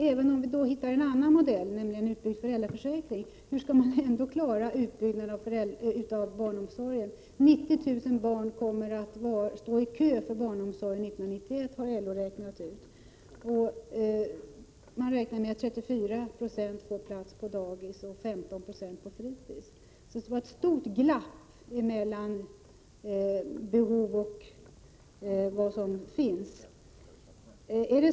Även om vi hittar en annan modell, nämligen en utbyggd föräldraförsäkring, frågar man sig hur man skall klara utbyggnaden av barnomsorgen. 90 000 barn kommer att stå i kö för barnomsorg 1991 — det har LO räknat ut. Man räknar med att 34 90 får plats på dagis och 15 20 på fritids. Det innebär alltså ett stort glapp mellan behov och vad som finns.